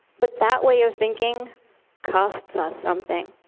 but that way of thinking costs us something.